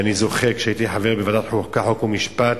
אני זוכר שכשהייתי חבר בוועדת החוקה, חוק ומשפט,